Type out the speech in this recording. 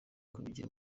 kubigira